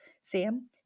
Sam